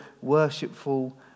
worshipful